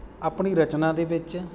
ਆਪਣੀ ਰਚਨਾ ਦੇ ਵਿੱਚ